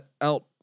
out